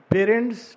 Parents